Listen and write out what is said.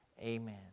Amen